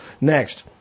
Next